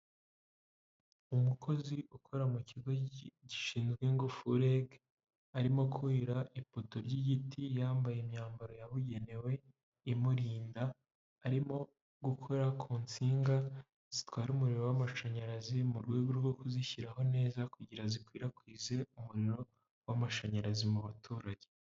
Umukozi ukora mu kigo gishinzwe ingufu REG arimo kurira ifoto ry'igiti yambaye imyambaro yabugenewe imurinda, arimo gukora ku nsinga zitwara umuriro w'amashanyarazi mu rwego rwo kuzishyiraho neza kugira zikwirakwize umuriro w'amashanyarazi mu baturage.